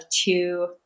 two